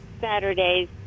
Saturdays